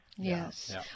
Yes